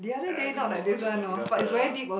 I don't know I don't know because uh